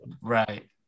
right